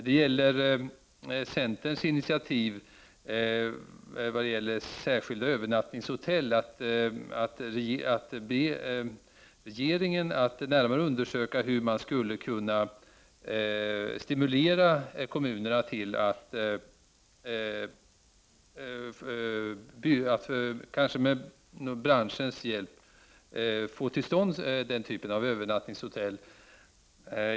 Det gäller först centerns initiativ vad gäller särskilda övernattningshotell. Regeringen bör närmare undersöka hur man skulle kunna stimulera kommunerna till att kanske med branschens hjälp få till stånd den typen av övernattningshotell.